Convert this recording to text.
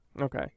Okay